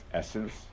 essence